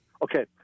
Okay